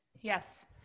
Yes